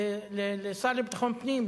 לשר לביטחון פנים,